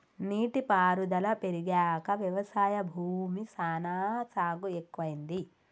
నీటి పారుదల పెరిగాక వ్యవసాయ భూమి సానా సాగు ఎక్కువైంది